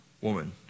woman